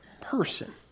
person